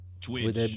Twitch